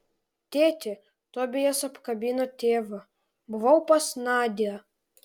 tėti tobijas apkabino tėvą buvau pas nadią